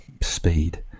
speed